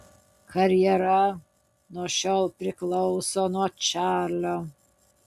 karjera nuo šiol priklauso nuo čarlio